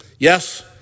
Yes